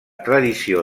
tradició